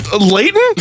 Leighton